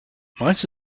might